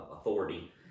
authority